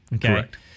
Correct